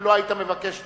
אם לא היית מבקש לדבר,